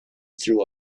through